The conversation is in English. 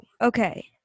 okay